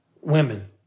Women